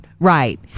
Right